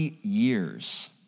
years